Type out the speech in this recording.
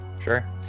Sure